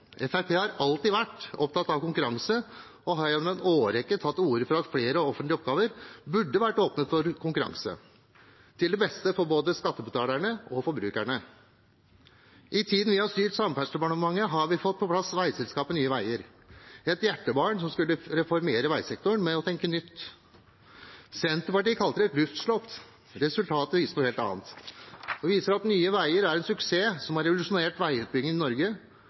Fremskrittspartiet har alltid vært opptatt av konkurranse og har gjennom en årrekke tatt til orde for at flere offentlige oppgaver burde vært åpnet for konkurranse – til det beste for både skattebetalerne og forbrukerne. I tiden vi har styrt Samferdselsdepartementet, har vi fått på plass veiselskapet Nye veier, et hjertebarn som skulle reformere veisektoren med å tenke nytt. Senterpartiet kalte det et luftslott. Resultatet viser noe helt annet og viser at Nye veier er en suksess som har revolusjonert veiutbyggingen i Norge.